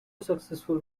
successful